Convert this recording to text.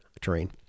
terrain